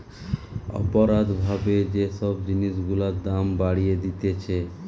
অপরাধ ভাবে যে সব জিনিস গুলার দাম বাড়িয়ে দিতেছে